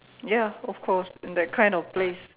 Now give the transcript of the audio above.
ya of course in that kind of place